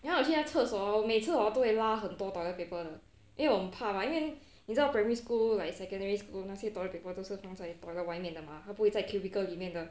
then 我去那个厕所 hor 每次我都会拉很多 toilet paper 的因为我很怕 mah 因为你知道 primary school like secondary school 那些 toilet paper 都是放在 toilet 外面的 mah 不会在 cubicle 里面的